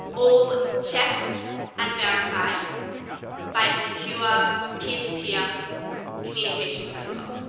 all checked and verified by a secure peer-to-peer communication protocol.